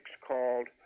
called